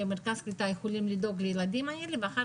או מרכז הקליטה יכולים לדאוג לילדים האלה ואחר